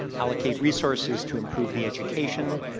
allocate resources to improve the education,